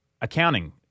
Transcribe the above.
Accounting